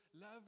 love